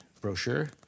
brochure